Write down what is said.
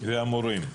והמורים.